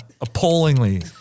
appallingly